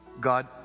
God